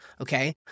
Okay